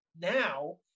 now